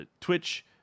Twitch